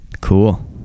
Cool